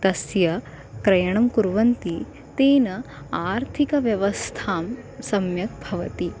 तस्य क्रयणं कुर्वन्ति तेन आर्थिकव्यवस्था सम्यक् भवति